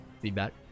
Feedback